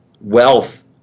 wealth